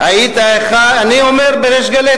אני אומר בריש גלי,